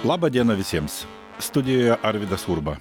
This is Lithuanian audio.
labą dieną visiems studijoje arvydas urba